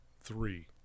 three